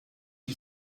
dit